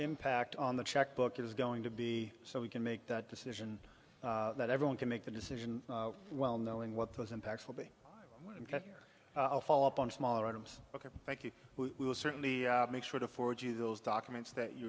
impact on the checkbook is going to be so we can make that decision that everyone can make the decision well knowing what those impacts will be and get your follow up on smaller items ok thank you we will certainly make sure to forward you those documents that you